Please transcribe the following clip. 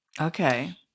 Okay